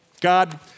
God